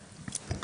תודה.